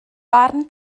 barn